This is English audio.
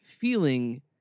feeling